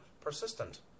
persistent